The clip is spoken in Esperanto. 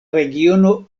regiono